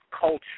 culture